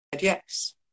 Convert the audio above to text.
yes